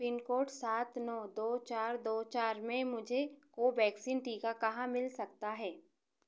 pin code सात नौ दो चार दो चार में मुझे कोवैक्सीन टीका कहाँ मिल सकता है